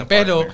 pero